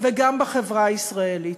וגם בחברה הישראלית.